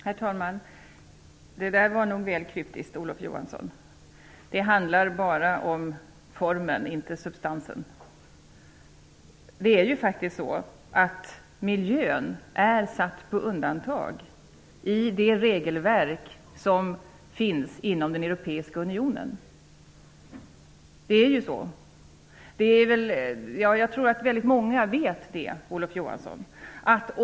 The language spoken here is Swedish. Herr talman! Det var nog litet kryptiskt, Olof Johansson, att säga att det bara handlar om formen, inte om substansen. Det är faktiskt så att miljön är satt på undantag i det regelverk som finns inom den europeiska unionen. Jag tror att många vet det, Olof Johansson.